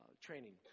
training